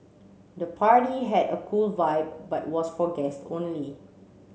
the party had a cool vibe but was for guest only